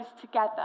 together